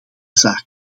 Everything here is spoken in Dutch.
zaak